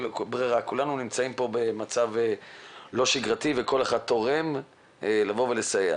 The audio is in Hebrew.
כולנו נמצאים פה במצב לא שגרתי וכל אחד תורם ומסייע.